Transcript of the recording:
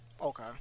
Okay